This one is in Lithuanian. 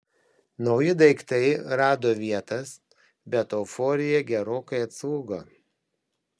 nauji daiktai rado vietas bet euforija gerokai atslūgo